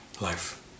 life